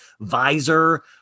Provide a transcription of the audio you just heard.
visor